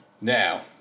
now